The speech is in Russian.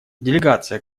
делегация